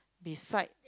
beside